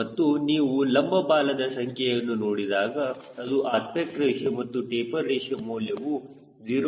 ಮತ್ತು ನೀವು ಲಂಬ ಬಾಲದ ಸಂಖ್ಯೆಯನ್ನು ನೋಡಿದಾಗ ಅದರ ಅಸ್ಪೆಕ್ಟ್ ರೇಶಿಯೋ ಮತ್ತು ಟೆಪರ್ ರೇಶಿಯೋ ಮೌಲ್ಯವು 0